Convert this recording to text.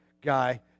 guy